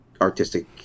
artistic